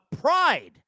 pride